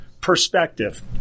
perspective